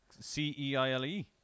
C-E-I-L-E